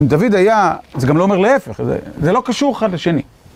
אם דוד היה, זה גם לא אומר להיפך, זה לא קשור אחד לשני.